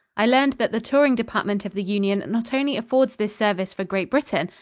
i learned that the touring department of the union not only affords this service for great britain,